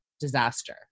disaster